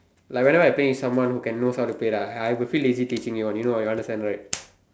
like whenever I'm playing with someone who can who knows how to play right I I will feel easy teaching you you know why you understand right